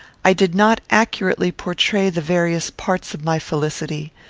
i did not accurately portray the various parts of my felicity.